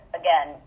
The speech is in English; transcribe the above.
again